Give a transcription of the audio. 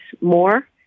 more